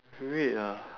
red ah